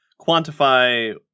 quantify